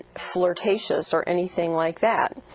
flirtatious or anything like that.